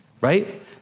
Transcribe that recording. right